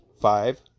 Five